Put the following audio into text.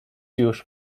już